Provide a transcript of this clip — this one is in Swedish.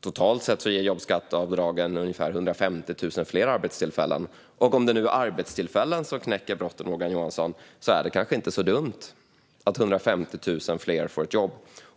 Totalt ger jobbskatteavdragen ungefär 150 000 fler arbetstillfällen. Om det nu är arbetstillfällen som knäcker brottsligheten, Morgan Johansson, är det kanske inte så dumt att 150 000 fler får ett jobb.